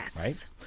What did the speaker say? right